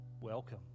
welcome